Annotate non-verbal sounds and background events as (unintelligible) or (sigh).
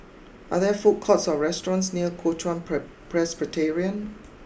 are there food courts or restaurants near Kuo Chuan (unintelligible) Presbyterian